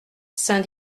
saint